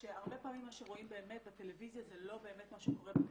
שהרבה פעמים מה שרואים בטלוויזיה זה לא באמת מה שקורה בכנסת.